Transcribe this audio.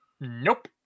Nope